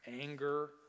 anger